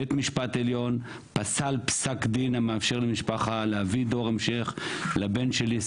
בית משפט עליון פסל פסק דין המאפשר למשפחה להביא דור המשך לבין שלי,